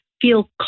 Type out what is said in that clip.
feel